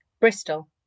Bristol